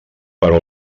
però